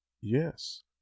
Yes